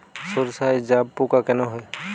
সর্ষায় জাবপোকা কেন হয়?